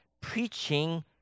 preaching